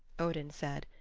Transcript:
odin said.